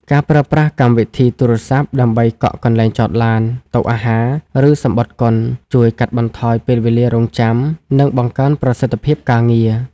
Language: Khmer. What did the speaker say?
ការប្រើប្រាស់កម្មវិធីទូរស័ព្ទដើម្បីកក់កន្លែងចតឡាន តុអាហារ ឬសំបុត្រកុន ជួយកាត់បន្ថយពេលវេលារង់ចាំ និងបង្កើនប្រសិទ្ធភាពការងារ។